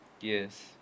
Yes